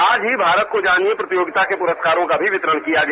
आज ही भारत को जानिए प्रतियोगिता के पुरस्कारों का भी वितरण किया गया